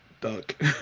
duck